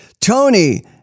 Tony